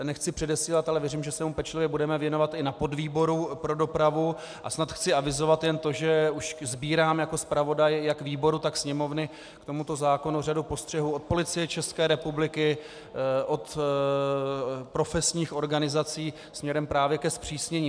Nechci předesílat, ale věřím, že se mu pečlivě budeme věnovat i v podvýboru pro dopravu, a snad chci avizovat jen to, že už sbírám jako zpravodaj jak výboru, tak Sněmovny k tomuto zákonu řadu postřehů od Policie České republiky, od profesních organizací směrem právě ke zpřísnění.